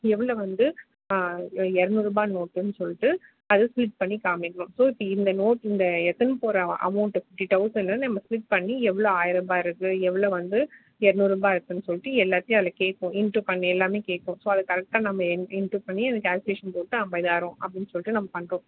எவ்வளோ வந்து இரநூறுபா நோட்டுன்னு சொல்லிட்டு அது ஃபில் பண்ணி காமிக்கணும் ஸோ டி இந்த நோட்டு இந்த எடுத்துனு போகிற அமௌண்ட்டு ஃபிஃப்டி தௌசனை நம்ம ஃபில் பண்ணி எவ்வளோ ஆயிர ரூபாய் இருக்குது எவ்வளோ வந்து இரநூறுரூபா இருக்குன் சொல்லிட்டு எல்லாத்தையும் அதில் கேட்கும் இன்ட்டு பண்ணி எல்லாமே கேட்கும் ஸோ அதை கரெக்டாக நம்ம இ இன்ட்டு பண்ணி அதை கால்குலேஷன் போட்டு ஐம்பதாயிரம் அப்படின்னு சொல்லிட்டு நம்ம பண்ணுறோம்